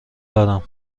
دارم